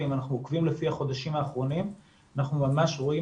ואם אנחנו עוקבים לפי החודשים האחרונים אנחנו ממש רואים